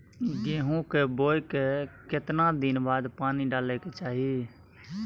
गेहूं के बोय के केतना दिन बाद पानी डालय के चाही?